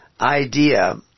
idea